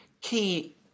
key